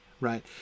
right